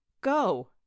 Go